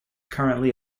currently